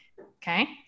Okay